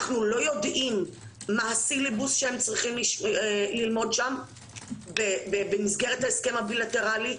אנחנו לא יודעים מה הסילבוס שהם צריכים ללמוד שם במסגרת ההסכם הבילטרלי.